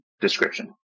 description